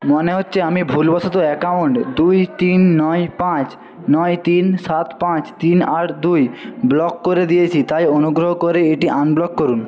মনে হচ্ছে আমি ভুলবশত অ্যাকাউন্ট দুই তিন নয় পাঁচ নয় তিন সাত পাঁচ তিন আট দুই ব্লক করে দিয়েছি তাই অনুগ্রহ করে এটি আনব্লক করুন